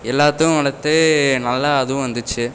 எல்லாத்தும் வளர்த்து நல்லா அதுவும் வந்துச்சு